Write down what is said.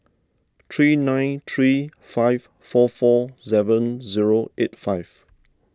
three nine three five four four seven zero eight five